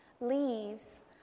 leaves